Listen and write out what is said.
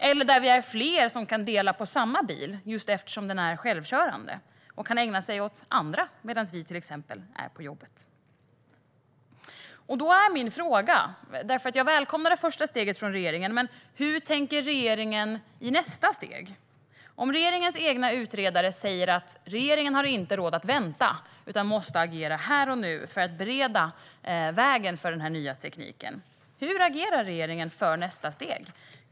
Vi kanske blir fler som kan dela på samma bil, eftersom den ju är självkörande och kan ägna sig åt andra medan vi själva exempelvis är på jobbet. Jag välkomnar regeringens första steg, men min fråga är: Hur tänker sig regeringen nästa steg? Regeringens egen utredare säger att regeringen inte har råd att vänta utan måste agera här och nu för att bereda vägen för den nya tekniken. Hur agerar regeringen för nästa steg?